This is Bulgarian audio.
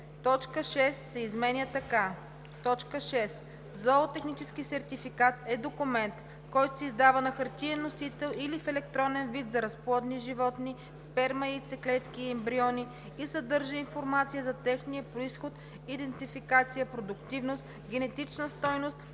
Точка 6 се изменя така: „6. „Зоотехнически сертификат“ е документ, който се издава на хартиен носител или в електронен вид за разплодни животни, сперма, яйцеклетки и ембриони и съдържа информация за техния произход, идентификация, продуктивност, генетична стойност